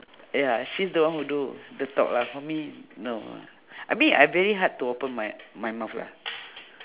ya she's the one who do the talk lah for me no no I mean I very hard to open my my mouth lah